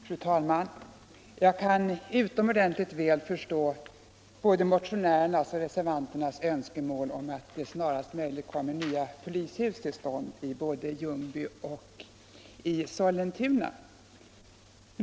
Fru talman! Jag kan utomordentligt väl förstå både motionärernas och reservanternas önskemål om att det snarast möjligt skall byggas nya polishus i Ljungby och Sollentuna.